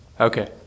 Okay